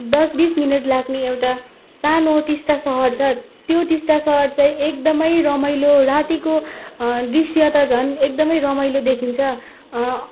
दस बिस मिनट लाग्ने एउटा सानो टिस्टा सहर छ त्यो टिस्टा सहर चाहिँ एकदम रमाइलो रातिको दृश्य त झन् एकदम रमाइलो देखिन्छ